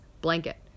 blanket